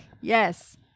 Yes